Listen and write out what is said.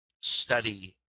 study